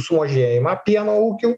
sumažėjimą pieno ūkių